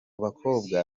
bakobwa